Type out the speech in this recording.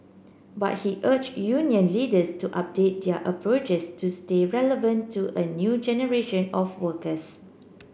but he urged union leaders to update their approaches to stay relevant to a new generation of workers